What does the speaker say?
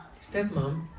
stepmom